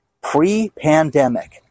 pre-pandemic